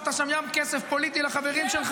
לפשיעה וטרור.